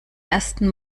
ersten